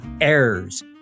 errors